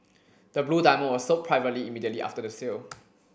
the blue diamond was sold privately immediately after the sale